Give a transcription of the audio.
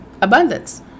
abundance